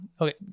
Okay